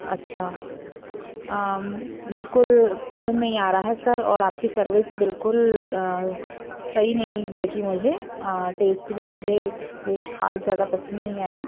अच्छा बिल्कुल पसंद नहीं आ रहा है सर और आपकी सर्विस बिल्कुल सही नहीं लगी मुझे टेस्ट भी मुझे कुछ खास ज़्यादा पसंद नहीं आया